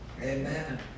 Amen